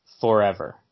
forever